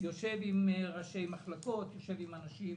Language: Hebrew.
יושב עם ראשי מחלקות, יושב עם אנשים